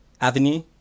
avenue